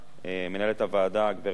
מנהלת הוועדה הגברת לאה ורון,